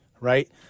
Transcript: Right